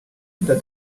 that